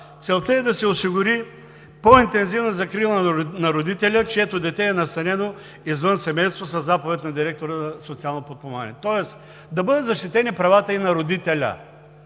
целта е да се осигури по-интензивна закрила на родителя, чието дете е настанено извън семейството със заповед на директора на „Социално подпомагане“, тоест да бъдат защитени правата и на родителя.